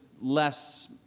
less